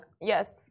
Yes